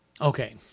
Okay